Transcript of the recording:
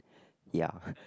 ya